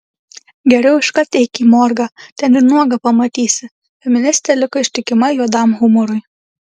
geriau iškart eik į morgą ten ir nuogą pamatysi feministė liko ištikima juodam humorui